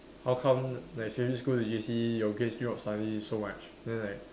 how come like secondary school to J_C your grades suddenly so much then like